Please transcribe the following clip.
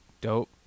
dope